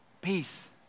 peace